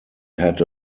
had